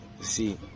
see